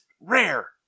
rare